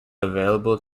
available